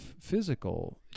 physical